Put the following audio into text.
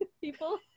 people